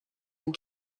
and